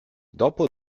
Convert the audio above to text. dopo